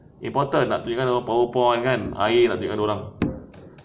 important nak bagikan powerpoint kan air tengokkan